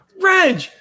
Reg